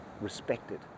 respected